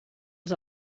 els